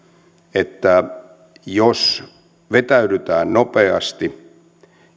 että jos vetäydytään nopeasti